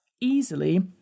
Easily